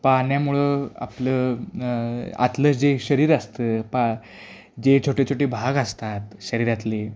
पाण्यामुळं आपलं आतलं जे शरीर असतं पा जे छोटे छोटे भाग असतात शरीरातले